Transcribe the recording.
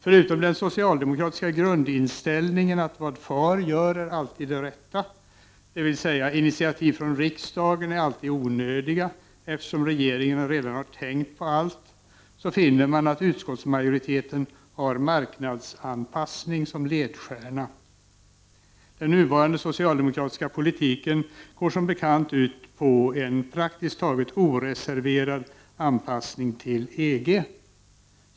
Förutom den socialdemokratiska grundinställningen att ”Vad far gör är alltid det rätta”, dvs. initiativ från riksdagen är alltid onödiga eftersom rege ringen redan har tänkt på allt, så finner man att utskottsmajoriteten har marknadsanpassning som ledstjärna. Den nuvarande socialdemokratiska politiken går som bekant ut på en praktiskt taget oreserverad anpassning till EG.